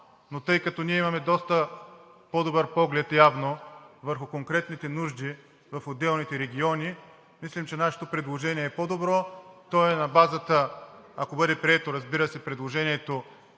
но тъй като ние имаме доста по-добър поглед явно върху конкретните нужди в отделните региони, мислим, че нашето предложение е по-добро. То е на базата, ако бъде прието, разбира се, предложението